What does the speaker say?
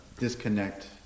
disconnect